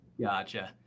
Gotcha